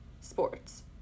Sports